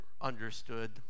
understood